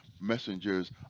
messengers